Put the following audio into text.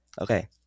Okay